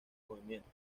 movimiento